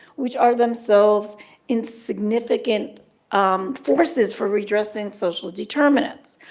which are themselves insignificant um forces for redressing social determinants.